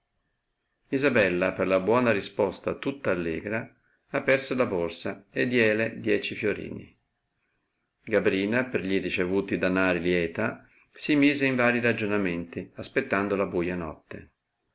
isabella per la buona risposta tutta allegra aperse la borsa e diéle dieci fiorini gabrina per gli ricevuti danari lieta si mise in varii ragionamenti aspettando la buia notte